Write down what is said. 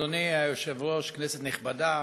אדוני היושב-ראש, כנסת נכבדה,